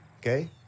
okay